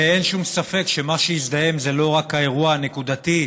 ואין שום ספק שמה שהזדהם זה לא רק האירוע הנקודתי,